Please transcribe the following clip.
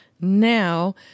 now